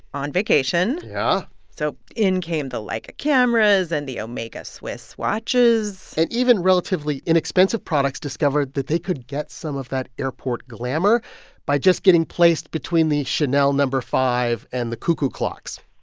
on vacation yeah so in came the leica cameras and the omega swiss watches and even relatively inexpensive products discovered that they could get some of that airport glamour by just getting placed between the chanel no. five and the cuckoo clocks.